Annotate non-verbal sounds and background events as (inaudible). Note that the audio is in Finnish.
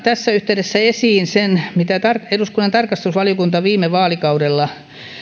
(unintelligible) tässä yhteydessä esiin sen mitä eduskunnan tarkastusvaliokunta viime vaalikaudella